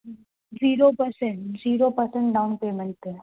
zero percent zero percent down payment ते